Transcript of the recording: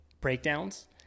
breakdowns